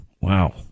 Wow